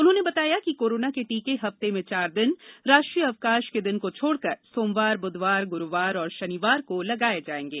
उन्होंने बताया कि कोरोना के टीके हफ्ते में चार दिन राष्ट्रीय अवकाश के दिन को छोड़कर सोमवार बुधवार गुरुवार और शनिवार को लगाए जाएंगे